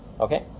Okay